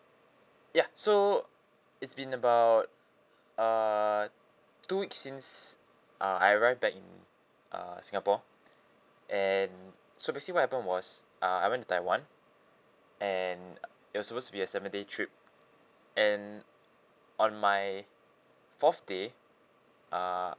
ya so it's been about uh two weeks since uh I arrived back in uh singapore and so basically what happened was uh I went to taiwan and it was supposed to be a seven day trip and on my forth day uh